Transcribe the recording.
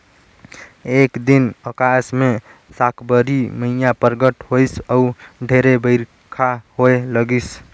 एक दिन अकास मे साकंबरी मईया परगट होईस अउ ढेरे बईरखा होए लगिस